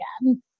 again